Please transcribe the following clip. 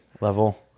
level